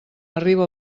arribe